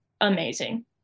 amazing